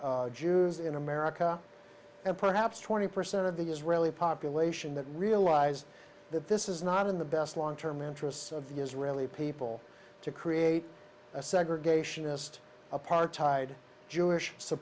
jews in america and perhaps twenty percent of the israeli population that realize that this is not in the best long term interests of the israeli people to create a segregationist apartheid jewish